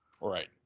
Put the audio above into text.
Right